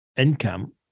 income